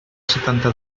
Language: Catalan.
setanta